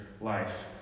life